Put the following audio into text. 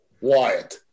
Wyatt